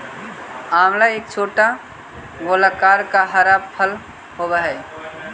आंवला एक छोटा गोलाकार का हरा फल होवअ हई